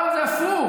אבל זה הפוך.